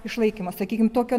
išlaikymo sakykim tokio